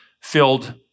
filled